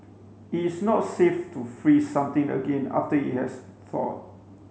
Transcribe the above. it's not safe to freeze something again after it has thawed